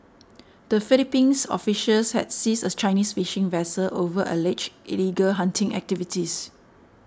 the Philippines officials had seized a Chinese fishing vessel over alleged illegal hunting activities